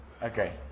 Okay